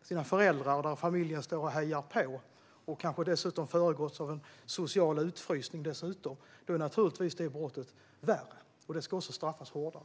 av sina föräldrar medan resten av familjen hejar på, och det kanske dessutom har föregåtts av social utfrysning är det brottet naturligtvis värre. Det ska också straffas hårdare.